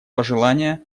пожелание